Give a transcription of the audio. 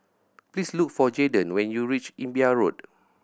please look for Jadon when you reach Imbiah Road